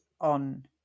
on